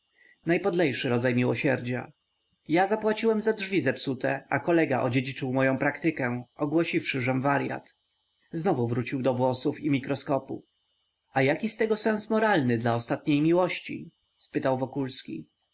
najpodlejszy rodzaj miłosierdzia ja zapłaciłem za drzwi zepsute a kolega odziedziczył moję praktykę ogłosiwszy żem waryat znowu wrócił do włosów i mikroskopu a jaki z tego sens moralny dla ostatniej miłości spytał wokulski